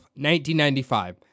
1995